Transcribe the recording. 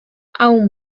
aún